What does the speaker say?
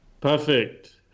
Perfect